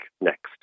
next